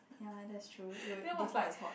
ya that's true it will default is hot